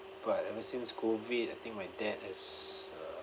but ever since COVID I think my dad has uh